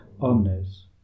omnes